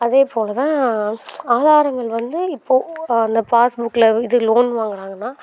அதே போல் தான் ஆதாரங்கள் வந்து இப்போது அந்த பாஸ் புக்கில் இது லோன் வாங்குகிறாங்கனா